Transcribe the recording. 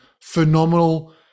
phenomenal